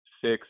six